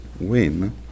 win